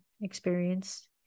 experience